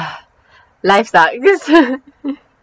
life sucks